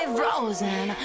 frozen